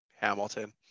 Hamilton